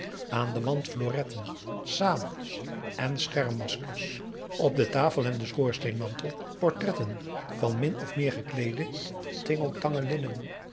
aan den wand floretten sabels en schermmaskers op de tafel en den schoorsteenmantel portretten van min of meer gekleede tingeltangelinnen